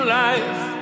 life